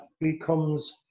becomes